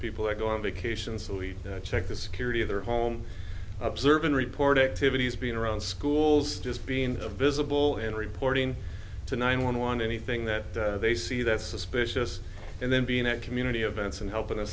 people to go on vacation so we checked the security of their home observe and report activities being around schools just being visible and reporting to nine one one anything that they see that's suspicious and then being at community events and helping a